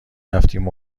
رفتیم